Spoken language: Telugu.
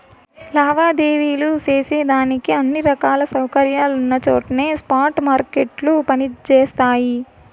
లావాదేవీలు సేసేదానికి అన్ని రకాల సౌకర్యాలున్నచోట్నే స్పాట్ మార్కెట్లు పని జేస్తయి